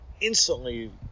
instantly